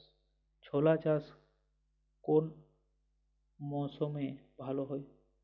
ছোলা চাষ কোন মরশুমে ভালো হয়?